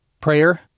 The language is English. prayer